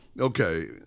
Okay